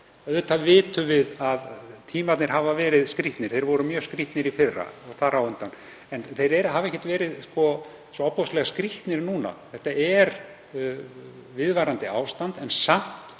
Auðvitað vitum við að tímarnir hafa verið skrýtnir. Þeir voru mjög skrýtnir í fyrra og þar á undan. En þeir hafa ekkert verið svo ofboðslega skrýtnir núna. Þetta er viðvarandi ástand en samt